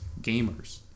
gamers